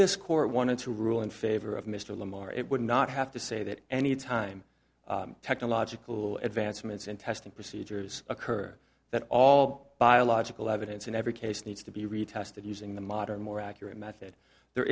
this court wanted to rule in favor of mr lamar it would not have to say that any time technological advancements in testing procedures occur that all biological evidence in every case needs to be retested using the modern more accurate method there